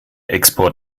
export